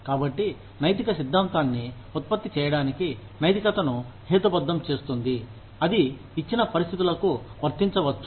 కాబట్టి నైతిక సిద్ధాంతాన్ని ఉత్పత్తి చేయడానికి నైతికతను హేతుబద్ధం చేస్తుంది అది ఇచ్చిన పరిస్థితులకు వర్తించవచ్చు